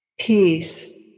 peace